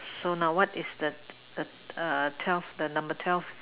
so now what is the the err twelve the number twelve